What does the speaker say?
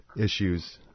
issues